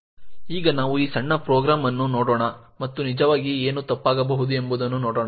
ಈಗ ನಾವು ಈ ಸಣ್ಣ ಪ್ರೋಗ್ರಾಂ ಅನ್ನು ನೋಡೋಣ ಮತ್ತು ನಿಜವಾಗಿ ಏನು ತಪ್ಪಾಗಬಹುದು ಎಂಬುದನ್ನು ನೋಡೋಣ